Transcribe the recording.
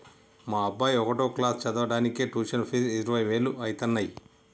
మా అబ్బాయి ఒకటో క్లాసు చదవనీకే ట్యుషన్ ఫీజు ఇరవై వేలు అయితన్నయ్యి